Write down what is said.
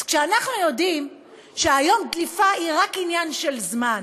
אז כשאנחנו יודעים שהיום דליפה היא רק עניין של זמן,